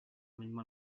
mismo